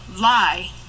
Lie